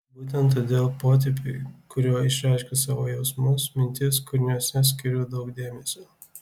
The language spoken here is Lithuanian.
būtent todėl potėpiui kuriuo išreiškiu savo jausmus mintis kūriniuose skiriu daug dėmesio